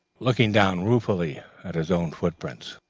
looking down ruefully at his own footprints.